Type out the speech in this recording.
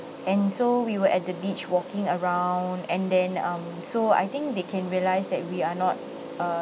and so we were at the beach walking around and then um so I think they can realise that we are not err